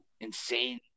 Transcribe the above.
insane